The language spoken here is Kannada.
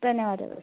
ಧನ್ಯವಾದಗಳು